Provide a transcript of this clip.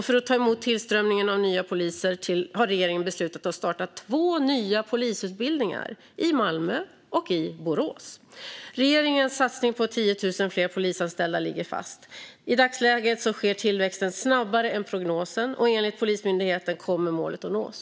För att ta emot tillströmningen av nya poliser har regeringen beslutat att starta två nya polisutbildningar, i Malmö och i Borås. Regeringens satsning på 10 000 fler polisanställda ligger fast. I dagsläget sker tillväxten snabbare än prognosen, och enligt Polismyndigheten kommer målet att nås.